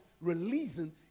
releasing